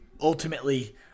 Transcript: ultimately